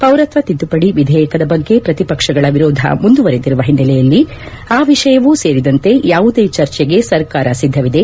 ಪೌರತ್ವ ತಿದ್ದುಪಡಿ ವಿಧೇಯಕದ ಬಗ್ಗೆ ಪ್ರತಿಪಕ್ಷಗಳ ವಿರೋಧ ಮುಂದುವರಿದಿರುವ ಹಿನ್ನೆಲೆಯಲ್ಲಿ ಆ ವಿಷಯವೂ ಸೇರಿದಂತೆ ಯಾವುದೇ ಚರ್ಚೆಗೆ ಸರ್ಕಾರ ಸಿದ್ದವಿದೆ